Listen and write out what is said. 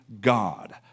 God